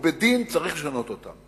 ובדין צריך לשנות אותם.